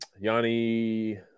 Yanni